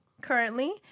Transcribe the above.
currently